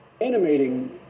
animating